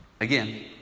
Again